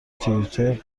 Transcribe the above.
توییتر